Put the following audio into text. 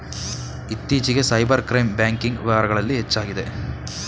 ಇತ್ತೀಚಿಗೆ cyber crime banking ವಾರಗಳಲ್ಲಿ ಹೆಚ್ಚಾಗಿದೆ